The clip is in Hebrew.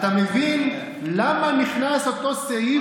אתה מבין למה נכנס אותו סעיף,